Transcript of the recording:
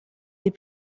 des